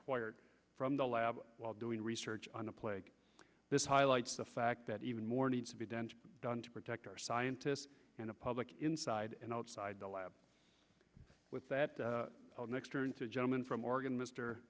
d from the lab while doing research on the plague this highlights the fact that even more needs to be damage done to protect our scientists and the public inside and outside the lab with that next turn to a gentleman from oregon mr